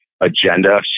agenda